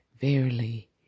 verily